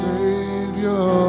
Savior